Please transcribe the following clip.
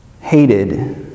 hated